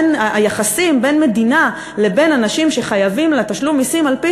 שהיחסים בין מדינה לבין אנשים שחייבים לה תשלום מסים על-פי